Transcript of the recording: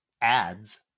ADS